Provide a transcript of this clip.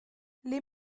les